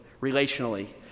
relationally